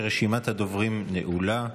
אני רוצה להגיד שרשימת הדוברים נעולה.